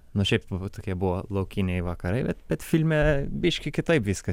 nu šiaip va tokie buvo laukiniai vakarai bet bet filme biški kitaip viskas